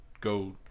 go